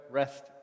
rest